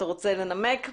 אתה רוצה לנמק?